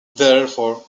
therefore